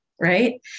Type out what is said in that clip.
Right